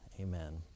Amen